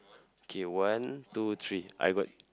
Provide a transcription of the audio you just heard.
okay one two three I got